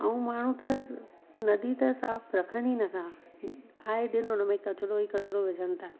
ऐं माण्हू त नदी त साफ़ रखण ई नथा आए दिन उनमें किचिरो ई किचिरो विझनि था